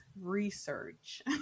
research